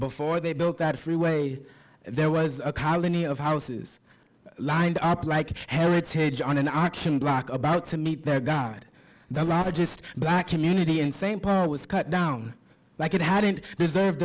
before they built that freeway there was a colony of houses lined up like heritage on an auction block about to meet their god the largest black community in same power was cut down like it hadn't deserved